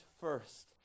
first